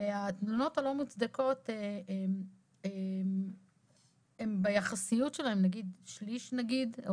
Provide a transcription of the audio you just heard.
התלונות הלא מוצדקות הן ביחסיות שלהן, שליש נגיד?